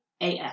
AF